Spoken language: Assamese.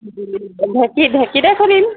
ঢেঁকী ঢেঁকীতে খুন্দিম